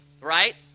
right